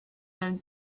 them